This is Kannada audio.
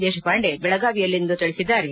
ದೇಶಪಾಂಡೆ ಬೆಳಗಾವಿಯಲ್ಲಿಂದು ತಿಳಿಸಿದ್ದಾರೆ